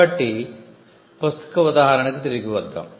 కాబట్టి పుస్తక ఉదాహరణకి తిరిగి వద్దాం